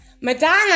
Madonna